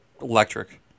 electric